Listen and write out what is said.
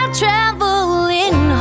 traveling